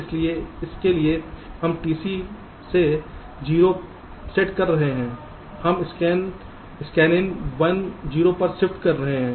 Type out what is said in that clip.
इसलिए इसके लिए हम TC से 0 सेट कर रहे हैं हम Scanin 1 0 पर शिफ्ट कर रहे हैं